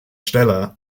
stelle